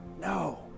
No